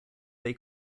they